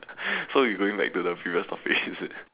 so you going back to the previous topic is it